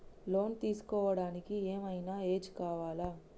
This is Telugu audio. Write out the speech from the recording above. లోన్ తీస్కోవడానికి ఏం ఐనా ఏజ్ కావాలా?